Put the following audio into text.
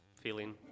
feeling